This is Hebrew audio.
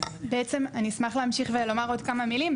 אני אשמח להמשיך ולומר עוד כמה מילים.